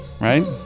right